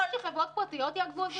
שחברות פרטיות יעקבו?